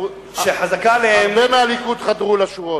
שחזקה עליהם, הרבה מהליכוד חדרו לשורות.